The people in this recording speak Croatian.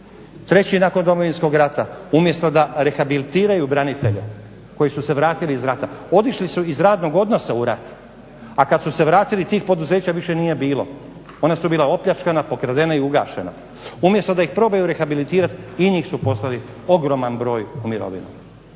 Treći nakon Domovinskoga rata. Umjesto da rehabilitiraju branitelja koji su se vratili iz rata otišli su iz radnog odnosa u rat, a kada su se vratili tih poduzeća više nije bilo. Ona su bila opljačkana, pokradena i ugašena. Umjesto da ih probaju rehabilitirati i njih su poslali ogroman broj u mirovinu.